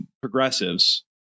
progressives